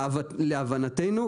להבנתנו,